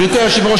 גברתי היושבת-ראש,